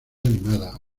animada